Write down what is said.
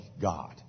God